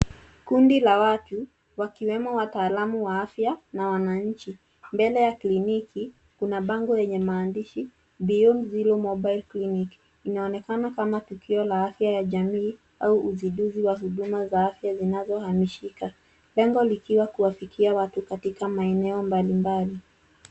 Kundi la watu wakiwemo wataalam wa afya na wananchi. Mbele ya kliniki kuna bango yenye maandishi beyond zero mobile clinic .Inaonekana kama tukio la afya ya jamii au uzinduzi wa huduma za afya zinazohamishika. Lengo likiwa kuwafikia watu katika maeneo mbalimbali.